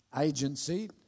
agency